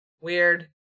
Weird